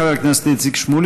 חבר הכנסת שמולי,